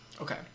Okay